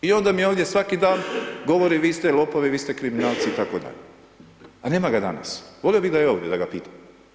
I onda mi ovdje svaki dan govori, vi ste lopovi, vi ste kriminalci itd., a nema ga danas, volio bi da je ovdje da ga pitam.